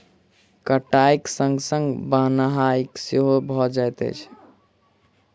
कटाइक संग संग बन्हाइ सेहो भ जाइत छै